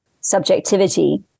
subjectivity